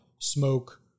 smoke